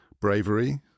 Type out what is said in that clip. Bravery